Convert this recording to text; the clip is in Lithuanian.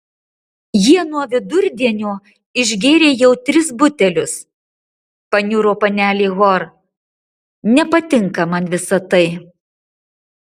jie nuo vidurdienio išgėrė jau tris butelius paniuro panelė hor nepatinka man visa tai